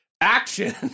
Action